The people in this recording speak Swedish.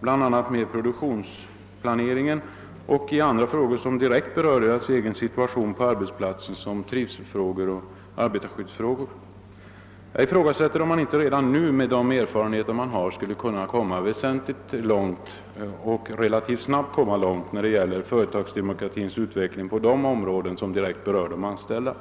bl.a. när det gäller produktionsplanering samt andra frågor som direkt berör deras egen situation på arbetsplatsen, It.ex. trivseloch arbetarskyddsfrågor. Jag ifrågasätter om man inte redan nu med de erfarenheter som vunnits kan komma ganska långt när det gäller företagsdemokratins utveckling på de områden som direkt berör de anställda.